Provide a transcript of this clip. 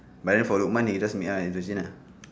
but then for lukman he just meet us at interchange ah